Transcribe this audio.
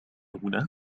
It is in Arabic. هنا